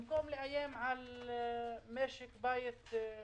במקום לאיים על משק בית.